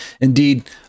Indeed